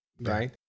right